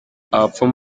abapfumu